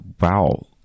wow